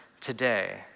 today